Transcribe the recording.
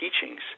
teachings